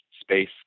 space